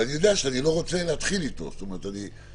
אני לא רוצה לשים אותו במצב